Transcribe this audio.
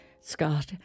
Scott